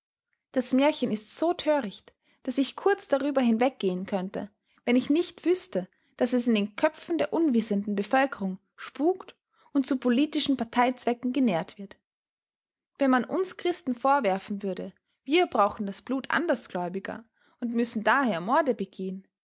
das märchen ist so töricht daß ich kurz darüber hinweggehen könnte wenn ich nicht wüßte daß es in den köpfen der unwissenden bevölkerung spukt und zu politischen parteizwecken genährt wird wenn man uns christen vorwerfen würde wir brauchen das blut andersgläubiger und müssen daher morde begehen